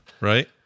right